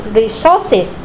resources